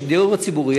ודיור ציבורי,